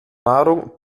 nahrung